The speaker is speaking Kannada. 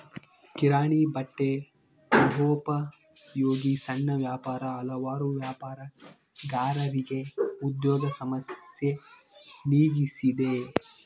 ಕಿರಾಣಿ ಬಟ್ಟೆ ಗೃಹೋಪಯೋಗಿ ಸಣ್ಣ ವ್ಯಾಪಾರ ಹಲವಾರು ವ್ಯಾಪಾರಗಾರರಿಗೆ ಉದ್ಯೋಗ ಸಮಸ್ಯೆ ನೀಗಿಸಿದೆ